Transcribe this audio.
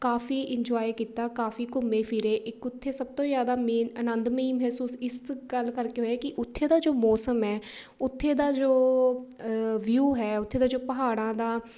ਕਾਫੀ enjoy ਕੀਤਾ ਕਾਫੀ ਘੁੰਮੇ ਫਿਰੇ ਇੱਕ ਉੱਥੇ ਸਭ ਤੋਂ ਜ਼ਿਆਦਾ ਮੇਨ ਆਨੰਦਮਈ ਮਹਿਸੂਸ ਇਸ ਗੱਲ ਕਰਕੇ ਹੋਇਆ ਕਿ ਉੱਥੇ ਦਾ ਜੋ ਮੌਸਮ ਹੈ ਉੱਥੇ ਦਾ ਜੋ ਵਿਊ ਹੈ ਉੱਥੇ ਦਾ ਜੋ ਪਹਾੜਾਂ ਦਾ